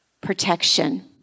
protection